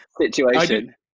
situation